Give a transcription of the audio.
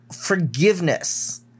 forgiveness